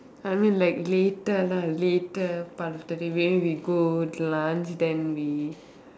I mean like later lah later part of the day maybe we go lunch then we